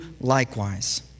likewise